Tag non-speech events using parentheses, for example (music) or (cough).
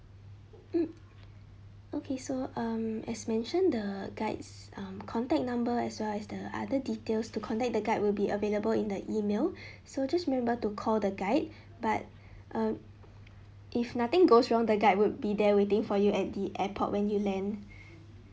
mm okay so um as mention the guides um contact number as well as the other details to contact the guide will be available in the email (breath) so just remember to call the guide (breath) but uh if nothing goes wrong the guide would be there waiting for you at the airport when you lane (breath)